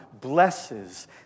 blesses